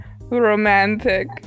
Romantic